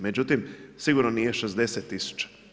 Međutim, sigurno nije 60000.